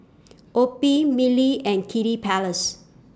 O P I Mili and Kiddy Palace